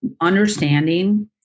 Understanding